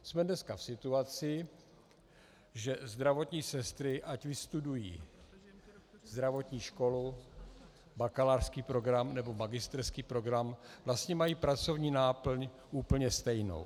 Jsme dneska v situaci, že zdravotní sestry, ať vystudují zdravotní školu, bakalářský program, nebo magisterský program, vlastně mají pracovní náplň úplně stejnou.